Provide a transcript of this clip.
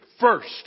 first